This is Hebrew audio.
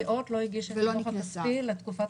אף אחת מן הסיעות לא הגישה דוח כספי לתקופת